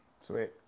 Sweet